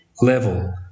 level